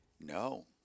No